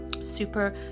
Super